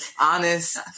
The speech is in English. Honest